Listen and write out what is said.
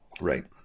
Right